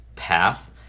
path